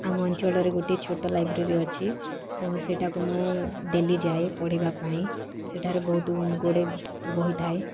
ଆମ ଅଞ୍ଚଳରେ ଗୋଟେ ଛୋଟ ଲାଇବ୍ରେରି ଅଛି ଆଉ ସେଠାକୁ ମୁଁ ଡେଲି ଯାଏ ପଢ଼ିବା ପାଇଁ ସେଠାରେ ବହୁତ ଗୁଡ଼ିଏ ବହି ଥାଏ